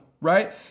right